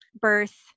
birth